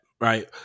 right